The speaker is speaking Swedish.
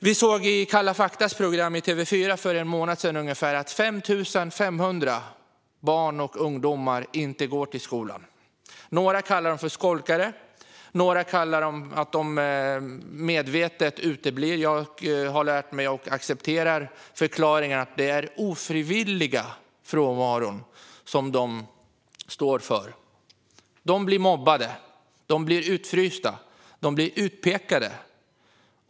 Vi såg i programmet Kalla fakta i TV4 för ungefär en månad sedan att ungefär 5 500 barn och ungdomar inte går till skolan. Några kallar dem för skolkare. Några säger att de medvetet uteblir. Jag har lärt mig och accepterar förklaringen att det är en ofrivillig frånvaro som de står för. De blir mobbade, de blir utfrysta och de blir utpekade.